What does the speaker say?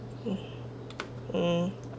uh mm